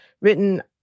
written